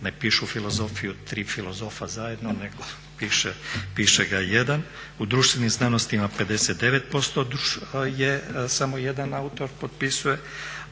ne pišu filozofi 3 filozofa zajedno nego piše ga jedan. U društvenim znanostima 59% je samo jedan autor potpisuje,